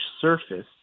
surface